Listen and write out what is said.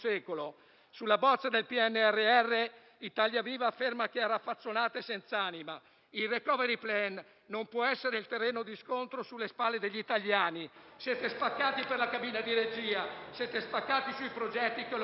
Sulla bozza del PNRR Italia Viva afferma che arraffazzonate senz'anima; il *recovery plan* non può essere il terreno di scontro sulle spalle degli italiani. Siete spaccati sulla cabina di regia. Siete spaccati sui progetti, che - lo ricordo